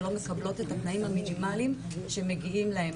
שלא מקבלות את התנאים המינימליים שמגיעים להן.